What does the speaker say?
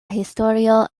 historio